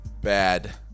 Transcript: bad